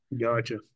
Gotcha